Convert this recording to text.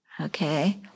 Okay